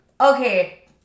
Okay